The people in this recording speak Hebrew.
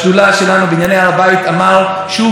העובדה שיהודי,